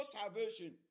salvation